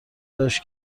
داشت